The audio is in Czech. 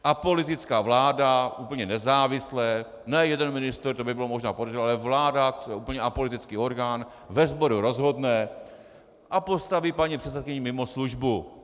Apolitická vláda úplně nezávisle, ne jeden ministr, to by bylo možná podezřelé, vláda, úplně apolitický orgán, ve sboru rozhodne a postaví paní předsedkyni mimo službu.